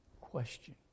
question